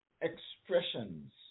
expressions